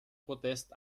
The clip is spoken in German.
protest